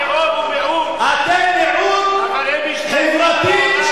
טרור הוא מיעוט, אתם מיעוט חברתי,